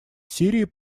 сирии